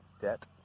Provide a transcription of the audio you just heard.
debt